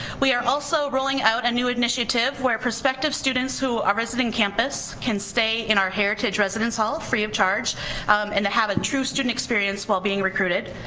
we are also rolling out a new initiative where perspective students who are visiting campus can stay in our heritage residence hall free of charge and to have a true student experience while being recruited.